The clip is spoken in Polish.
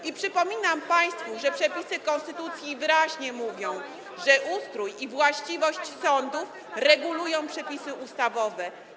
I przypominam państwu, że przepisy konstytucji wyraźnie mówią, że ustrój i właściwość sądów regulują przepisy ustawowe.